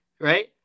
right